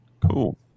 cool